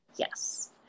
Yes